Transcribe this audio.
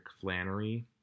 Flannery